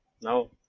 no